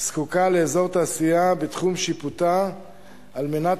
זקוקה לאזור תעשייה בתחום שיפוטה על מנת